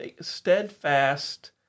steadfast